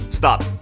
Stop